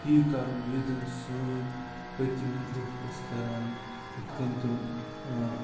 تی کَرُن یہِ زَنہٕ سٲنۍ پٔتِم لُکھ ٲسۍ کران یِتھ کَنہِ تِم